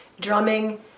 Drumming